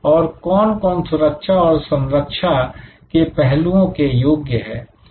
और कौन कौन सुरक्षा और संरक्षा के पहलुओं के योग्य है